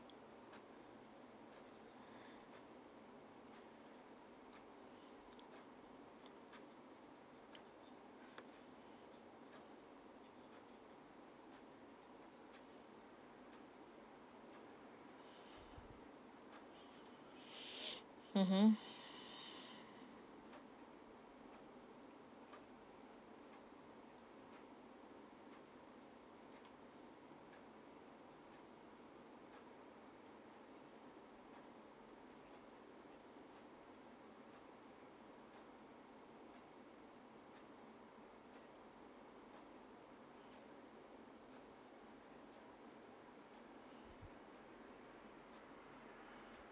mmhmm